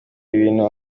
ibintu